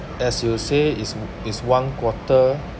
as you will say is is one quarter